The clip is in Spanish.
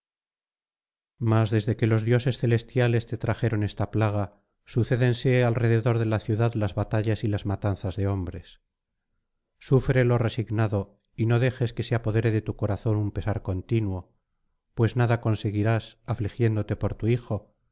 mas desde que los dioses celestiales te trajeron esta plaga sucédense alrededor de la ciudad las batallas y las matanzas de hombres súfrelo resignado y no dejes que se apodere de tu corazón un pesar continuo pues nada conseguirás afligiéndote por tu hijo